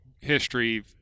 history